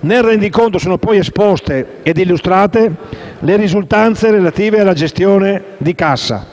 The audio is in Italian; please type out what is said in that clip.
Nel Rendiconto sono poi esposte e illustrate le risultanze relativa alla gestione di cassa.